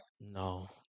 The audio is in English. No